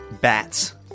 bats